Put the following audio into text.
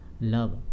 Love –